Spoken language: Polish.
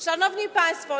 Szanowni Państwo!